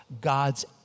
God's